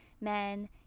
men